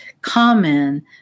common